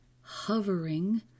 hovering